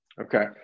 Okay